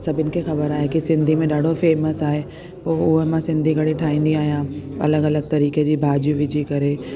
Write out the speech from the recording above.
सभिनि खे ख़बर आहे की सिंधी में ॾाढो फेमस आहे उओ मां सिंधी कढ़ी ठाहींदी आहियां अलॻि अलॻि तरीक़े जी भाजियूं विझी करे